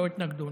לא התנגדו.